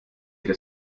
sich